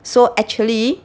so actually